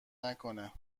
نکنه